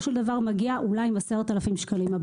של דבר מגיע הביתה עם אולי עשרת אלפים שקלים,